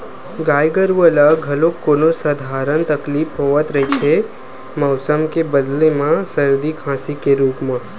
गाय गरूवा ल घलोक कोनो सधारन तकलीफ होवत रहिथे मउसम के बदले म सरदी, खांसी के रुप म